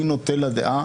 אני נוטה לדעה